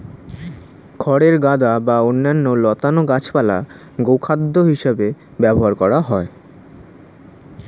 খড়ের গাদা বা অন্যান্য লতানো গাছপালা গোখাদ্য হিসেবে ব্যবহার করা হয়